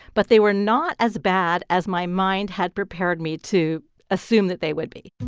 but they were not as bad as my mind had prepared me to assume that they would be